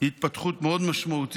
זו התפתחות מאוד משמעותית.